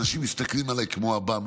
אנשים מסתכלים עליי כמו על עב"ם.